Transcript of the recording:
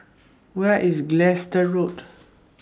Where IS Gilstead Road